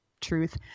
truth